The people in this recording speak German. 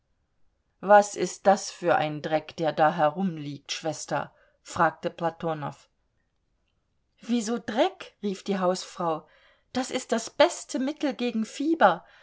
was ist das für ein dreck der da herumliegt schwester fragte platonow wieso dreck rief die hausfrau das ist das beste mittel gegen fieber